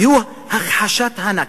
והוא הכחשת הנכבה.